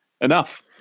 enough